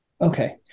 Okay